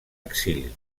exili